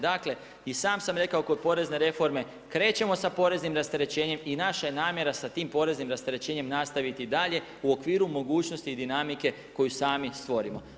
Dakle i sam sam rekao kod porezne reforme krećemo sa poreznim rasterećenjem i naša je namjera sa tim poreznim rasterećenjem nastaviti i dalje u okviru mogućnosti i dinamike koju sami stvorimo.